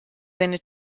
seine